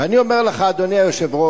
ואני אומר לך, אדוני היושב-ראש,